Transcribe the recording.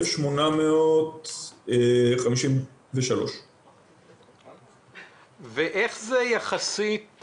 1,853. איך זה יחסית